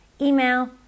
email